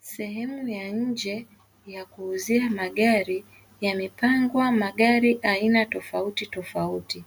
Sehemu ya nje ya kuuzia magari, yamepangwa magari aina tofautitofauti.